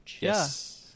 Yes